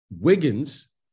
Wiggins –